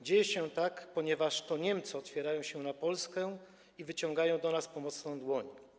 Dzieje się tak, ponieważ to Niemcy otwierają się na Polskę i wyciągają do nas pomocną dłoń.